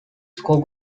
score